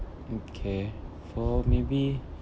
okay for maybe